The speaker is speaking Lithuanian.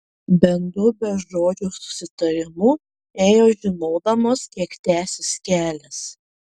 bendru bežodžiu susitarimu ėjo žinodamos kiek tęsis kelias